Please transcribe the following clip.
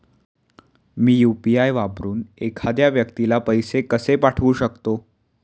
मी UPI वापरून एखाद्या व्यक्तीला पैसे कसे पाठवू शकते?